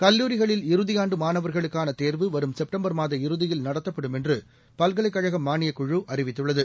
கல்லூரிகளில் இறுதியாண்டுமாணவர்களுக்கானதேர்வு வரும் செப்டம்பர் மாத இறுதியில் நடத்தப்படும் என்றுபல்கலைக் கழகமானியக் குழு அறிவித்துள்ளது